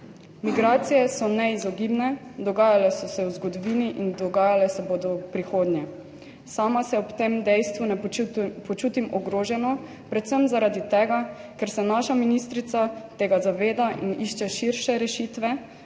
Migracije so neizogibne, dogajale so se v zgodovini in dogajale se bodo v prihodnje. Sama se ob tem dejstvu ne počutim ogroženo, predvsem zaradi tega, ker se naša ministrica tega zaveda in išče širše rešitve,